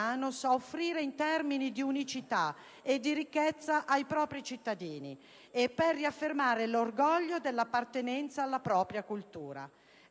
offrire in termini di unicità e di ricchezza ai propri cittadini), e per riaffermare l'orgoglio dell'appartenenza alla propria cultura.